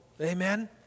Amen